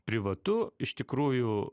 privatu iš tikrųjų